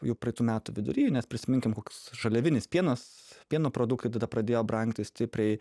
jau praeitų metų vidury nes prisiminkim koks žaliavinis pienas pieno produktai tada pradėjo brangti stipriai